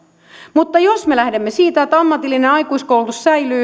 mutta jos me lähdemme siitä että ammatillinen aikuiskoulutus säilyy